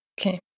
Okay